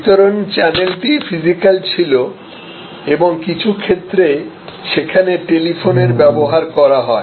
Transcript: বিতরণ চ্যানেলটি ফিজিক্যাল ছিল এবং কিছু ক্ষেত্রে সেখানে টেলিফোনের ব্যবহার করা হয়